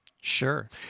Sure